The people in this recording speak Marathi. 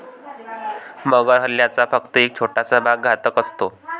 मगर हल्ल्याचा फक्त एक छोटासा भाग घातक असतो